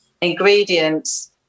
ingredients